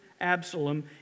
Absalom